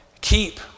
Keep